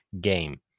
game